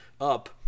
up